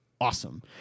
awesome